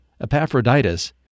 epaphroditus